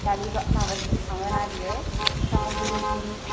दानि माबासिम थाङोना बेयो साफागुरिसिम